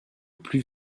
plus